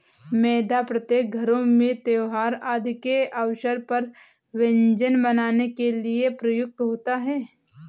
मैदा प्रत्येक घरों में त्योहार आदि के अवसर पर व्यंजन बनाने के लिए प्रयुक्त होता है